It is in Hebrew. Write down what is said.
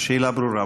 השאלה ברורה.